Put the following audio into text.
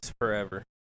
forever